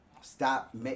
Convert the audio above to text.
Stop